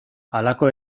halako